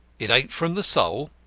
it ain't from the soul,